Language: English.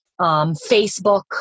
Facebook